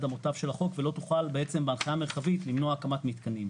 אמותיו של החוק ולא תוכל בהנחיה מרחבית למנוע הקמת מתקנים.